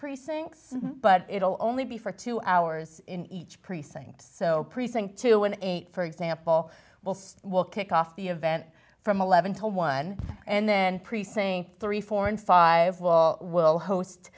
precincts but it'll only be for two hours in each precinct so precinct to one eight for example will kick off the event from eleven to one and then precinct three four and five will will host